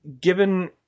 Given